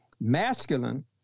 masculine